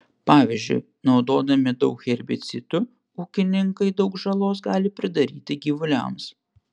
pavyzdžiui naudodami daug herbicidų ūkininkai daug žalos gali pridaryti gyvuliams